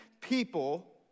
people